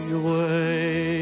away